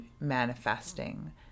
manifesting